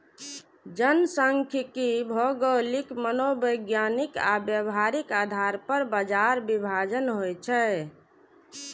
जनखांख्यिकी भौगोलिक, मनोवैज्ञानिक आ व्यावहारिक आधार पर बाजार विभाजन होइ छै